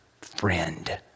friend